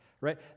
Right